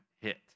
hit